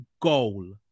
goal